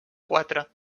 quatre